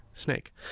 Snake